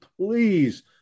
please